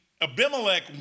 Abimelech